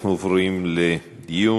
אנחנו עוברים לדיון.